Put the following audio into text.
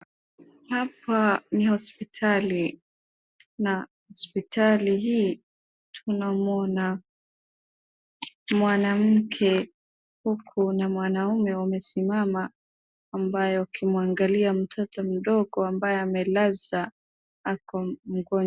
Hapa ni hospitali na hospitali hii tunamwona mwanamke huku na mwanaume wamesimama ambayo ukimwangalia mtoto mdogo ambaye amelazwa akiwa mgonjwa.